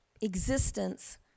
existence